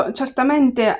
certamente